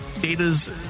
Data's